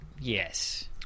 yes